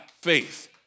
faith